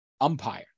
umpire